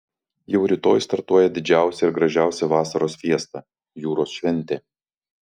jau rytoj startuoja didžiausia ir gražiausia vasaros fiesta jūros šventė